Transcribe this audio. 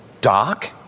doc